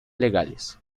legales